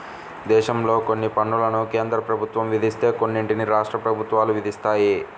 దేశంలో కొన్ని పన్నులను కేంద్ర ప్రభుత్వం విధిస్తే కొన్నిటిని రాష్ట్ర ప్రభుత్వాలు విధిస్తాయి